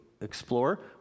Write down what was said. explore